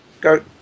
Go